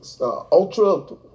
ultra